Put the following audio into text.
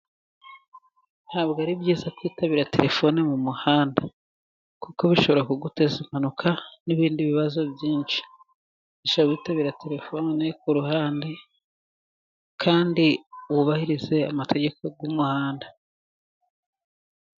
Ntabwo ari byiza, kwitabira telefone mu muhanda, kuko bishobora kuguteza impanuka, n'ibindi bibazo byinshi, basha kwitabira telefone ku ruhande kandi wubahirize amategeko y'umuhanda.